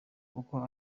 kuko